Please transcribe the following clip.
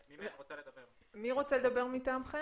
תגיד לי כדי שאתן לך גם כמה מילות סיום.